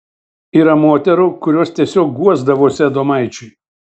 yra moterų kurios tiesiog guosdavosi adomaičiui